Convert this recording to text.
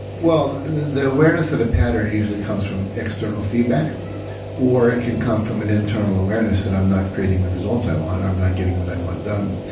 well, the awareness at that a pattern usually comes from external feedback or it can come from an internal awareness that i'm not creating the results i want. i'm not getting what i want done.